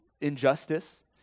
injustice